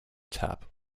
tap